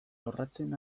lorratzen